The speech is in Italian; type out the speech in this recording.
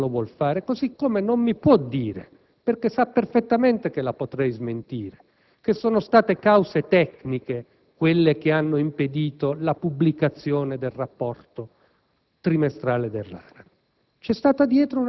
e so perfettamente che lei non lo vuol fare. Così come non mi può dire - perché sa perfettamente che la potrei smentire - che sono state cause tecniche quelle che hanno impedito la pubblicazione del rapporto